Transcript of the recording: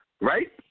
right